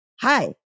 Hi